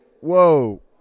Whoa